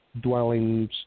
dwellings